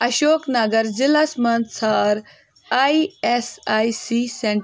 اشوک نَگر ضِلعس مَنٛز ژھار I S I C Saint